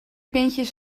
pintjes